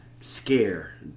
Scare